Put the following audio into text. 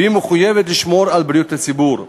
והיא מחויבת לשמור על בריאות הציבור.